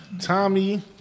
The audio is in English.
Tommy